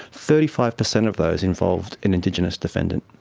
thirty five percent of those involved an indigenous defendant.